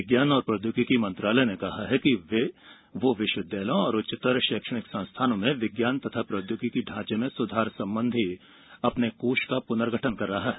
विज्ञान और प्रौद्योगिकी मंत्रालय ने कहा है कि वह विश्वविद्यालयों और उच्चतर शैक्षणिक संस्थानों में विज्ञान तथा प्रौद्योगिकी ढांचे में सुधार संबंधी अपने कोष का पुनर्गठन कर रहा है